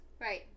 Right